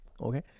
okay